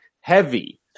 heavy